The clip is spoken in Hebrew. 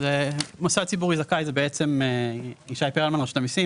שמי ישי פרלמן מרשות המיסים.